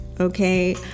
Okay